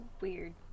weird